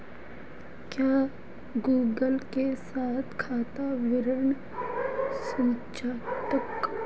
क्या गूगल के साथ खाता विवरण साझा करना सुरक्षित है?